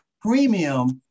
premium